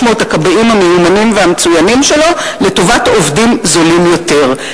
הכבאים המיומנים והמצוינים שלו לטובת עובדים זולים יותר.